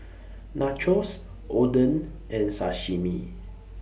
Nachos Oden and Sashimi